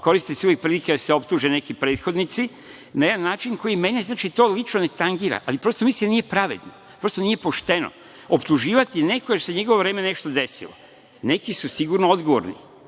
koristi se uvek prilika da se optuže neki prethodnici, na jedan način koji mene lično ne tangira, ali prosto mislim da nije pravedno, nije pošteno optuživati nekog jer se u njegovo vreme nešto desilo. Neki su sigurno odgovorni,